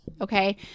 Okay